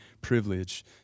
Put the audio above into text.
privilege